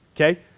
okay